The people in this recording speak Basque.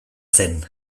zen